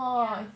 yeah